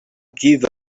give